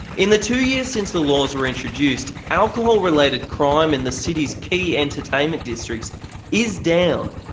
in the two years since the laws were introduced, alcohol related crime in the city's key entertainment districts is down,